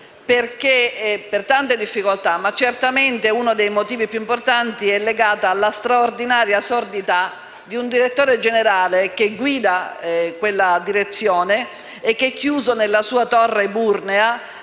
per tante difficoltà, ma certamente uno dei motivi più importanti è legato alla straordinaria sordità di un direttore generale che guida quella direzione e che, chiuso nella sua torre eburnea,